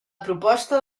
proposta